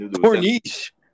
Corniche